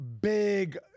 big